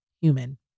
human